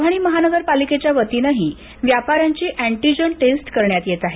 परभणी महानगरपालिकेच्या वतीनंही व्यापाऱ्यांची अँटीजेन टेस्ट करण्यात येत आहे